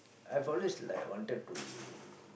I've always like wanted to